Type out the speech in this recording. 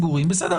בסדר,